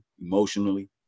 emotionally